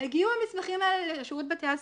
הגיעו המסמכים האלה לשירות בתי הסוהר,